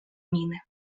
мины